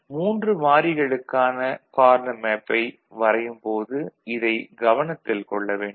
எனவே 3 மாறிகளுக்கான கார்னா மேப்பை வரையும் போது இதைக் கவனத்தில் கொள்ள வேண்டும்